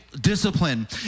discipline